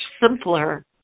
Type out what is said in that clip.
simpler